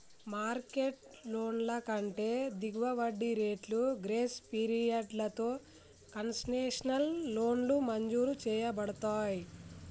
market లోన్ల కంటే దిగువ వడ్డీ రేట్లు, గ్రేస్ పీరియడ్లతో కన్సెషనల్ లోన్లు మంజూరు చేయబడతయ్